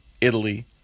Italy